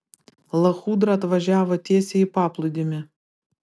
lachudra atvažiavo tiesiai į paplūdimį